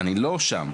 אני לא שם.